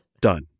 done